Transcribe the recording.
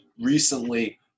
recently